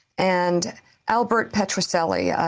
and albert petrocelli,